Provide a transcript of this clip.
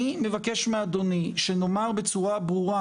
אני מבקש מאדוני שנאמר בצורה ברורה